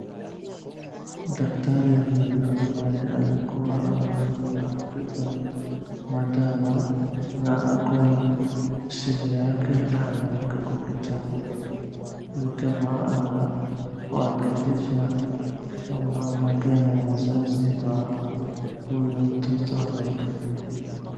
Daktari huyu ambaye alikuwa amebeba madawa na akona simu yake na anaandika kwa kitabu nikama ana wakilisha ama anaongea na mzazi wa huyu mtoto anahudumia .